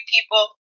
people